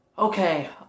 Okay